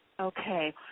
Okay